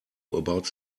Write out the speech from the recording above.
about